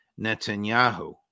Netanyahu